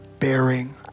bearing